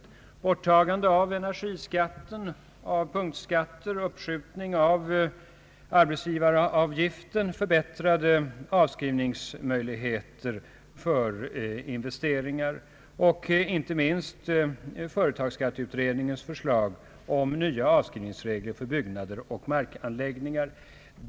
Vad anser regeringen om kravet på borttagande av energiskatten och punktskatterna, uppskjutning av arbetsgivaravgiften, förbättrade avskrivningsmöjligheter för investeringar och, inte minst, företagsskatteutredningens förslag om nya avskrivningsregler för byggnader och markanläggningar?